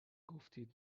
گفتید